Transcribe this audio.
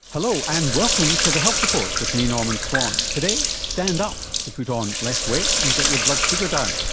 hello and welcome to the health report with me, norman swan. today, stand up to put on less weight and get your blood sugar down,